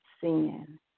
sin